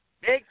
Big